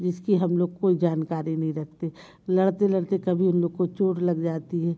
जिसकी हम लोग कोई जानकारी नहीं रखते लड़ते लड़ते कभी उन लोग को चोट लग जाती है